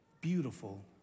beautiful